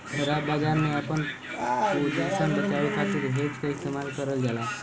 ख़राब बाजार में आपन पोजीशन बचावे खातिर हेज क इस्तेमाल करल जाला